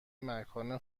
مکان